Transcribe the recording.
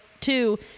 two